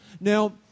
Now